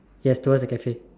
ya towards the Cafe